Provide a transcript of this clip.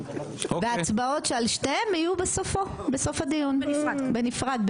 וההצבעות שעל שתיהן יהיו בסוף הדיון בנפרד.